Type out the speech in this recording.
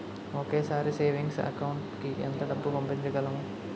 ఒకేసారి savings account కి ఎంత డబ్బు పంపించగలము?